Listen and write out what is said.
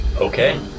Okay